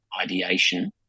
ideation